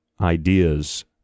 ideas